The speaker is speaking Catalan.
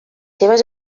seves